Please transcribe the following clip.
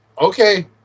okay